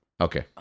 Okay